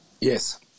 Yes